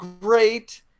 great